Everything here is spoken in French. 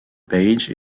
page